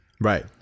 right